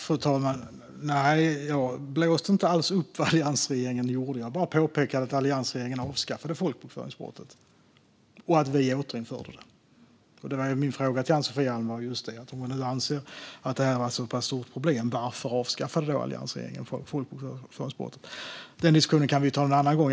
Fru talman! Nej, jag blåste inte alls upp vad alliansregeringen gjorde. Jag påpekade bara att alliansregeringen avskaffade folkbokföringsbrottet och att vi återinförde det. Och min fråga till Ann-Sofie Alm var just, om hon nu anser att det här är ett så pass stort problem, varför alliansregeringen då avskaffade folkbokföringsbrottet. Den diskussionen kan vi ta en annan gång.